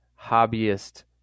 hobbyist